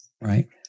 Right